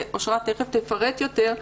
ואשרת תיכף תפרט יותר.